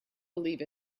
believe